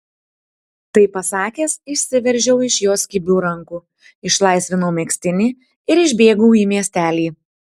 tai pasakęs išsiveržiau iš jos kibių rankų išlaisvinau megztinį ir išbėgau į miestelį